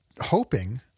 hoping